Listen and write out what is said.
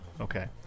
Okay